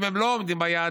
אם הם לא עומדים ביעדים,